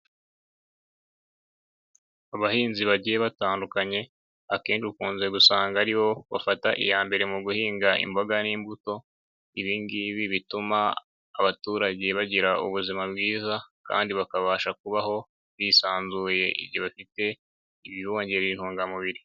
Abahinzi bagiye batandukanye, akenshi ukunze gusanga ari bo bafata iya mbere mu guhinga imboga n'imbuto, ibi ngibi bituma abaturage bagira ubuzima bwiza kandi bakabasha kubaho bisanzuye igihe bafite ibibongerera intungamubiri.